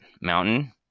mountain